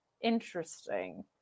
Interesting